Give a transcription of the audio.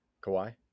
Kawhi